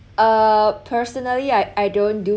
uh personally I I don't do